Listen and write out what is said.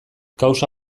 kausa